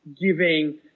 giving